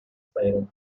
siren